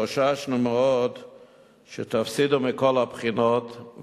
חוששני מאוד שתפסידו מכל הבחינות,